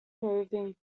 proving